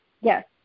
yes